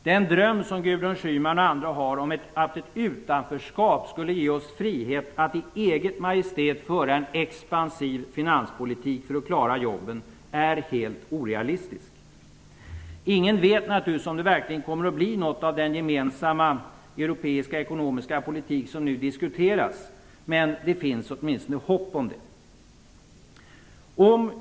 Den dröm som Gudrun Schyman och andra har om att ett utanförskap skulle ge oss frihet att i eget majestät föra en expansiv finanspolitik för att klara jobben är helt orealistisk. Ingen vet naturligtvis om det verkligen kommer att bli något av den gemensamma europeiska ekonomiska politik som nu diskuteras, men det finns åtminstone hopp om det.